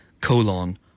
colon